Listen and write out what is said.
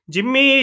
Jimmy